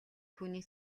түүний